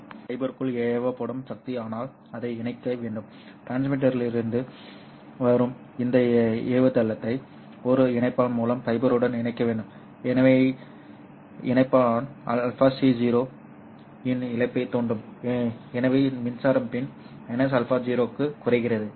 எனவே இது ஃபைபருக்குள் ஏவப்படும் சக்தி ஆனால் அதை இணைக்க வேண்டும் டிரான்ஸ்மிட்டரிலிருந்து வரும் இந்த ஏவுதளத்தை ஒரு இணைப்பான் மூலம் ஃபைபருடன் இணைக்க வேண்டும் எனவே இணைப்பான் αco இன் இழப்பை தூண்டும் எனவே மின்சாரம் பின் αco க்கு குறைகிறது